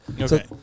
Okay